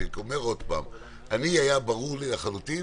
היה ברור לי לחלוטין